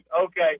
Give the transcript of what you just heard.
Okay